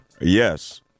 Yes